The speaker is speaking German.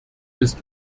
ist